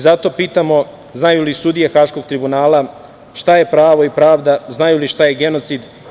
Zato pitamo, znaju li sudije Haškog tribunala šta je pravo i pravda, znaju li šta je genocid?